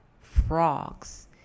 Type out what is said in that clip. frogs